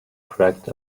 cracked